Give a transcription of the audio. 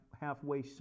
halfway